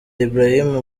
ibrahim